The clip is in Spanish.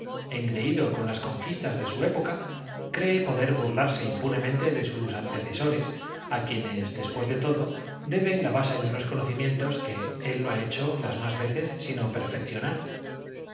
engreído con las conquistas de su época cree poder burlarse posterior á la suya y que poseedores del secreto de retrogradar en los siglos acudían á ho nan para in impunemente de sus antecesores á quienes después quirir el principio de la inmortalidad predicado por de todo debe la base de unos conocimientos que él los tao ssé y poder perfeccionándolo abrir al hombre no ha hecho las más veces sino